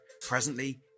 Presently